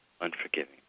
unforgiving